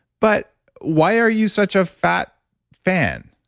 but why are you such a fat fan?